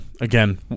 again